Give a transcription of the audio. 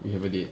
we have a date